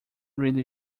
really